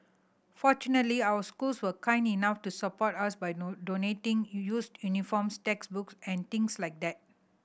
fortunately our schools were kind enough to support us by donating used uniforms textbooks and things like that